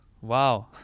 Wow